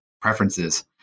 preferences